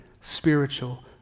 spiritual